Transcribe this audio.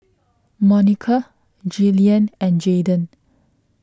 Monica Jillian and Jaydan